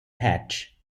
hatch